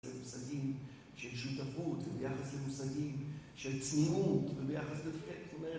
...למושגים של שותפות וביחס למושגים של צניעות וביחס ל...